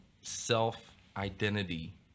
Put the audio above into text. self-identity